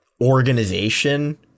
organization